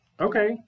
okay